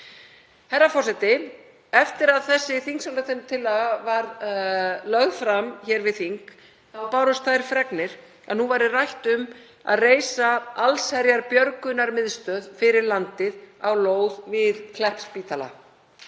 Herra forseti. Eftir að þessi þingsályktunartillaga var lögð fram hér við þing bárust þær fregnir að nú væri rætt um að reisa allsherjarbjörgunarmiðstöð fyrir landið á lóð við Kleppsspítala,